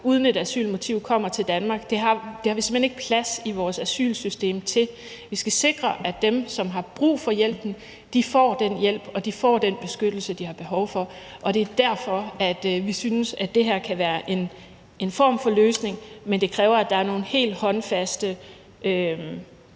uden et asylmotiv kommer til Danmark, det har vi simpelt hen ikke plads i vores asylsystem til. Vi skal sikre, at de, som har brug for hjælpen, får den hjælp og den beskyttelse, de har behov for, og det er derfor, at vi synes, at det her kan være en form for løsning, men det kræver, at der er nogle helt håndfaste,